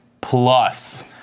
plus